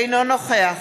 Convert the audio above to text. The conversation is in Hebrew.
אינו נוכח